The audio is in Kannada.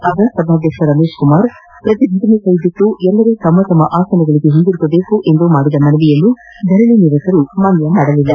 ಆಗ ಸಭಾಧ್ಯಕ್ಷ ರಮೇಶ್ ಕುಮಾರ್ ಪ್ರತಿಭಟನೆ ಕೈಬಿಟ್ಟು ಎಲ್ಲರೂ ತಮ್ಮ ತಮ್ಮ ಆಸನಗಳಿಗೆ ಹಿಂದಿರುಗುವಂತೆ ಮಾಡಿದ ಮನವಿಯನ್ನು ಧರಣಿ ನಿರತರು ಮಾನ್ಯ ಮಾಡಲಿಲ್ಲ